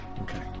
okay